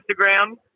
Instagram